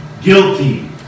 guilty